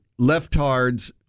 leftards